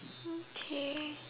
okay